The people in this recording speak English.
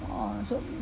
um so